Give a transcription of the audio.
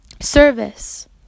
service